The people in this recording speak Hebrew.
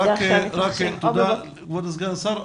תודה לכבוד סגן השר.